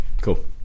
cool